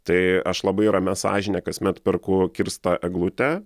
tai aš labai ramia sąžine kasmet perku kirstą eglutę